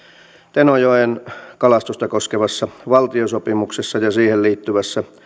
tenojoen kalastusta koskevassa val tiosopimuksessa ja siihen liittyvässä